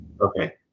Okay